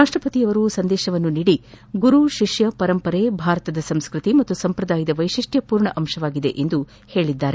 ರಾಷ್ಷಪತಿಯವರು ಸಂದೇಶವನ್ನು ನೀಡಿ ಗುರು ಶಿಷ್ಣ ಪರಂಪರೆ ಭಾರತದ ಸಂಸ್ಕೃತಿ ಸಂಪ್ರದಾಯದ ವೈಶಿಷ್ಣ ಪೂರ್ಣ ಅಂಶವಾಗಿದೆ ಎಂದಿದ್ದಾರೆ